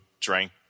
drank